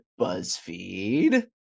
BuzzFeed